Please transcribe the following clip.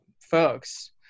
folks